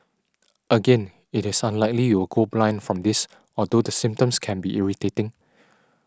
again it is unlikely you will go blind from this although the symptoms can be irritating